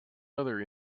other